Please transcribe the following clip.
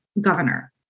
governor